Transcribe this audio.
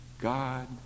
God